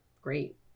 great